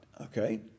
okay